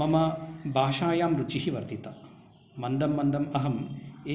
मम भाषायां रुचिः वर्धिता मन्दं मन्दम् अहम्